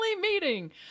meeting